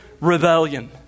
rebellion